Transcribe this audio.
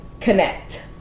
connect